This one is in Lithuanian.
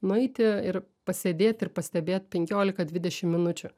nueiti ir pasėdėt ir pastebėt penkiolika dvidešimt minučių